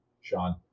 Sean